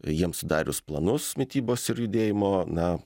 jiem sudarius planus mitybos ir judėjimo na